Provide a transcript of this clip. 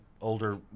older